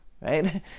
Right